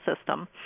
system